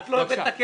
את לא הבאת את הכסף,